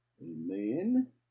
Amen